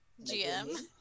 GM